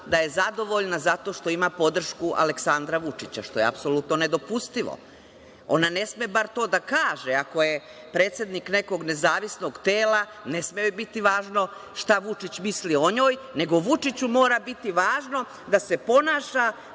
da je zadovoljna zato što ima podršku Aleksandra Vučića, što je apsolutno nedopustivo. Ona ne sme bar to da kaže, ako je predsednik nekog nezavisnog dela, ne sme joj biti važno šta Vučić misli o njoj, nego Vučiću mora biti važno da se ponaša